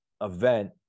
event